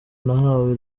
nahawe